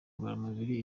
ngororamubiri